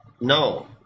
no